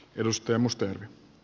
arvoisa puhemies